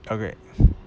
okay